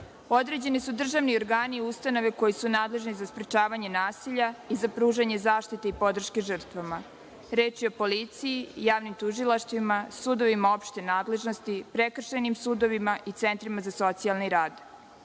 su državni organi i ustanove koji su nadležni za sprečavanje nasilja i za pružanje zaštite i podrške žrtvama. Reč je o policiji i javnim tužilaštvima, sudovima opšte nadležnosti, prekršajnim sudovima i centrima za socijalni rad.